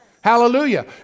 Hallelujah